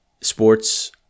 sports